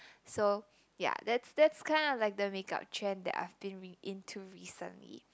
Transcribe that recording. so ya that's that's kind of like the make up trend that I've been in~ into recently